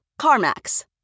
CarMax